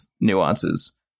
nuances